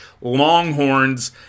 Longhorns